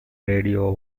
radio